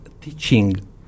teaching